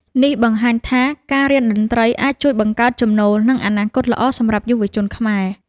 នេះបង្ហាញថា ការរៀនតន្ត្រីអាចជួយបង្កើតចំណូល និងអនាគតល្អសម្រាប់យុវជនខ្មែរ។